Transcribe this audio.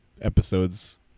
episodes